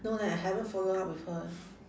no leh I haven't follow up with her eh